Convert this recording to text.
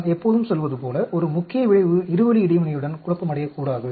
நான் எப்போதும் சொல்வது போல ஒரு முக்கிய விளைவு இருவழி இடைவினையுடன் குழப்பமடையக்கூடாது